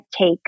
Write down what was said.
take